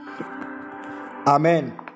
Amen